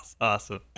awesome